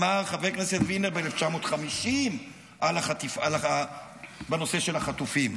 כך אמר חבר הכנסת וילנר ב-1950 על הנושא של החטופים.